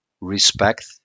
respect